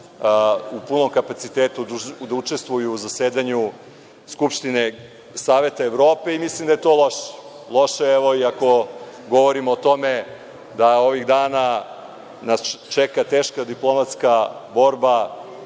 u punom kapacitetu da učestvuju u zasedanju Skupštine Saveta Evrope. Mislim da je to loše. Loše je, evo, i ako govorimo o tome da ovih dana nas čeka diplomatska borba